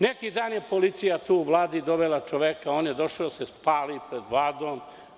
Neki dan je policija tu u Vladi dovela čoveka, on je došao da se spali pred Vladom.